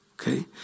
Okay